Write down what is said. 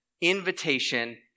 invitation